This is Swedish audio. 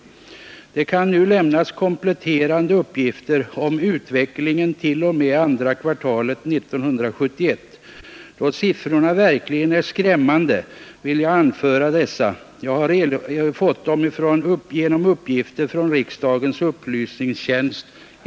Det kan nu lämnas kompletterande uppgifter om utvecklingen t.o.m. andra kvartalet 1971. Då siffrorna verkligen är skrämmande vill jag anföra dem. Jag har fått uppgifterna från riksdagens upplysningstjänst.